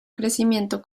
crecimiento